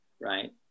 right